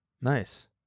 Nice